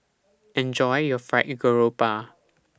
Enjoy your Fried Garoupa